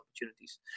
opportunities